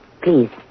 Please